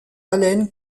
allen